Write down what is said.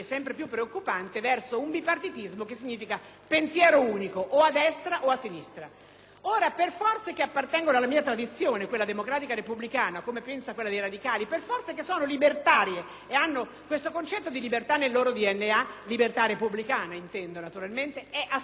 Per forze che appartengono alla mia tradizione, quella democratica repubblicana (come - penso - a quella dei radicali), per forze che sono libertarie e hanno questo concetto di libertà nel loro DNA (libertà repubblicana, intendo naturalmente), è assolutamente impossibile aderire a progetti che significano *reductio ad unum*